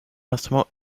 instrument